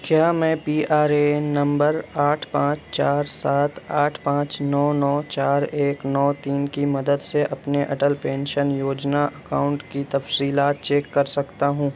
کیا میں P R A N نمبر آٹھ پانچ چار سات آٹھ پانچ نو نو چار ایک نو تین کی مدد سے اپنے اٹل پینشن یوجنا اکاؤنٹ کی تفصیلات چیک کر سکتا ہوں